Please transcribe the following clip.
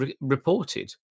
reported